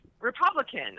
Republican